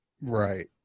Right